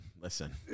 listen